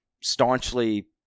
staunchly